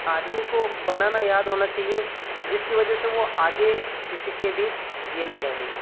आदमी को बनाना याद होना चाहिए जिसकी वजह से वो आगे किसी के भी ये ना रहें